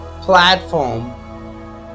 platform